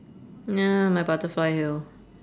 ya my butterfly yellow